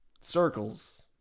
Circles